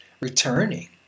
returning